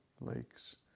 lakes